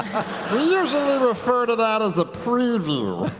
we usually refer to that as a preview.